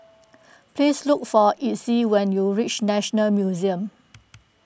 please look for Exie when you reach National Museum